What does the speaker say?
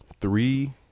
three